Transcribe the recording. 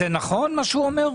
זה נכון, מה שהוא אומר?